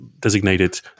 designated